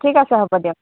ঠিক আছে হ'ব দিয়ক